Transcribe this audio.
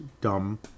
dumb